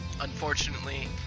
Unfortunately